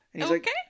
Okay